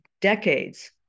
decades